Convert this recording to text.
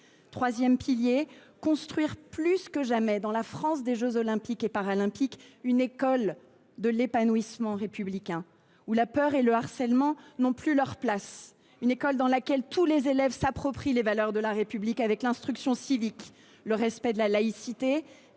! Enfin, il est nécessaire, plus que jamais, dans la France des jeux Olympiques et Paralympiques, de construire une école de l’épanouissement républicain, où la peur et le harcèlement n’ont plus leur place, une école dans laquelle tous les élèves s’approprient les valeurs de la République, avec l’instruction civique, le respect de la laïcité